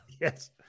Yes